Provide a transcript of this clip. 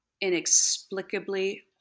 inexplicably